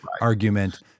argument